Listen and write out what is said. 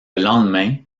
lendemain